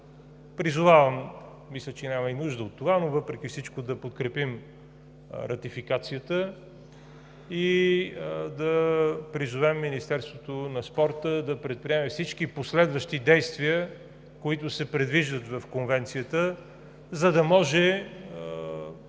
мисля, че няма и нужда от това, но въпреки всичко да подкрепим ратификацията и да призовем Министерството на младежта и спорта да предприеме всички последващи действия, които се предвиждат в Конвенцията, за да може